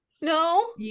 No